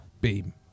Beam